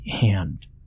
hand